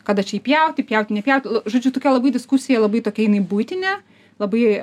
kada čia jį pjauti pjauti nepjauti žodžiu tokia labai diskusija labai tokia jinai buitinė labai